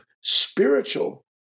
spiritual